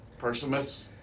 Persimus